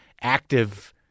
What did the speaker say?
active